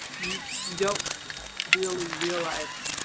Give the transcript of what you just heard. you you don't really realize